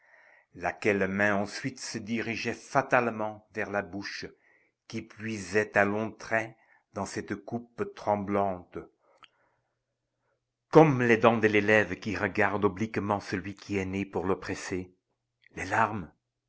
laquelle main ensuite se dirigeait fatalement vers la bouche qui puisait à longs traits dans cette coupe tremblante comme les dents de l'élève qui regarde obliquement celui qui est né pour l'oppresser les larmes